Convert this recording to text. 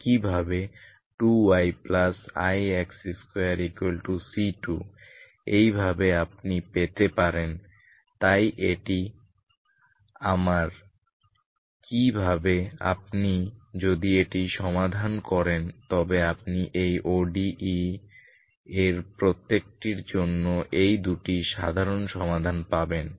একইভাবে 2yix2C2 এইভাবে আপনি পেতে পারেন তাই এটি আমার কিভাবে আপনি যদি এটি সমাধান করেন তবে আপনি এই ODE এর প্রত্যেকটির জন্য এই দুটি সাধারণ সমাধান পাবেন